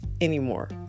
anymore